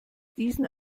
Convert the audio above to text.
diesen